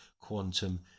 quantum